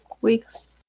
weeks